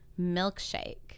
milkshake